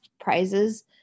prizes